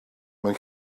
mewn